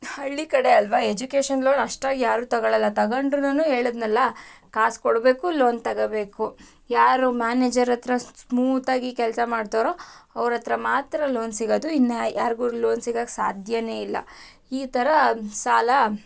ಹಳ್ಳಿಯ ಕಡೆ ಅಲ್ವಾ ಎಜ್ಯುಕೇಷನ್ ಲೋನ್ ಅಷ್ಟಾಗಿ ಯಾರೂ ತಗೊಳೋಲ್ಲ ತಗೊಂಡ್ರುನೂ ಹೇಳಿದ್ನಲ್ಲ ಕಾಸು ಕೊಡಬೇಕು ಲೋನ್ ತಗೋಬೇಕು ಯಾರು ಮ್ಯಾನೇಜರ್ ಹತ್ರ ಸ್ಮೂತಾಗಿ ಕೆಲಸ ಮಾಡ್ತಾರೋ ಅವರತ್ರ ಮಾತ್ರ ಲೋನ್ ಸಿಗೋದು ಇನ್ನು ಯಾರಿಗೂ ಲೋನ್ ಸಿಗೋಕ್ಕೆ ಸಾಧ್ಯನೇ ಇಲ್ಲ ಈ ಥರ ಸಾಲ